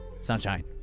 sunshine